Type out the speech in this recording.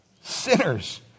Sinners